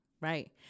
right